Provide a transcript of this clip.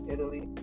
Italy